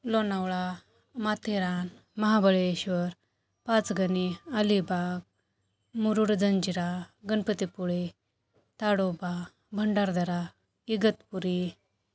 Lonavala Matheran Mahabaleshwar Panchgani Alibag Murud Janjira Ganpatipule Tadoba Bhandardara Igatpuri